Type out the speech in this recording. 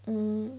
mm